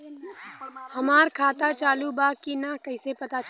हमार खाता चालू बा कि ना कैसे पता चली?